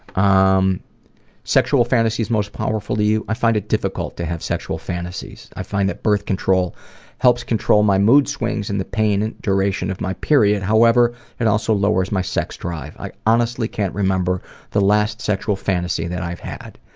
um sexual fantasies most powerful to you i find it difficult to have sexual fantasies. i feel that birth control helps control my mood swings and the pain and duration of my period, however it and also lowers my sex drive. i honestly can't remember the last sexual fantasy that i've had.